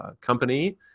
company